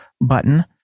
button